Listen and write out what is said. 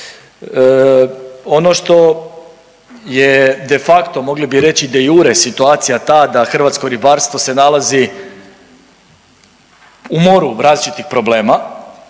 Ono što je de facto mogli bi reći i de iure situacija ta da hrvatsko ribarstvo se nalazi u moru različitih problema